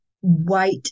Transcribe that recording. white